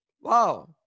wow